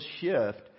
shift